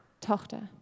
Tochter